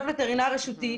לווטרינר רשותי.